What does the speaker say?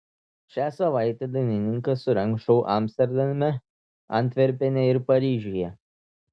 šią savaitę dainininkas surengs šou amsterdame antverpene ir paryžiuje